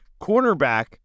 Cornerback